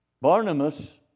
Barnabas